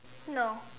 no